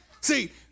See